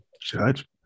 Judge